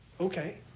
Okay